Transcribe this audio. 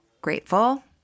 grateful